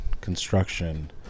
construction